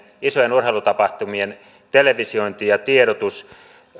isojen urheilutapahtumien televisiointi ja tiedotus